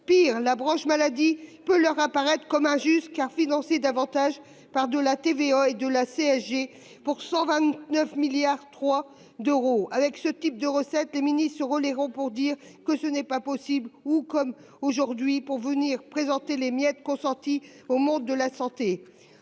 Pis, la branche maladie peut leur apparaître comme injuste, car elle est financée davantage par la TVA et par la CSG, pour 129,3 milliards d'euros. Avec ce type de recettes, les ministres se relaieront pour dire que ce n'est pas possible ou, comme aujourd'hui, pour venir présenter les miettes consenties au monde de la santé.